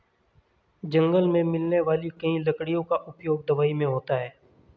जंगल मे मिलने वाली कई लकड़ियों का उपयोग दवाई मे होता है